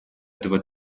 этого